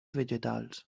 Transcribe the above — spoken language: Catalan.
vegetals